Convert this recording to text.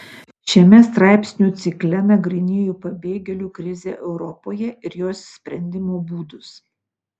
šiame straipsnių cikle nagrinėju pabėgėlių krizę europoje ir jos sprendimo būdus